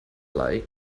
light